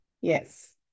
Yes